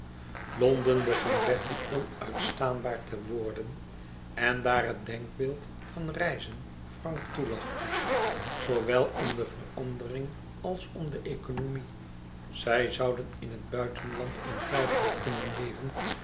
londen begon bertie onuitstaanbaar te worden en daar het denkbeeld van reizen frank toelachte zoowel om de verandering als om de economie zij zouden in het buitenland eenvoudiger kunnen leven